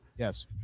Yes